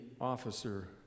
officer